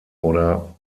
oder